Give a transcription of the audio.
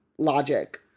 logic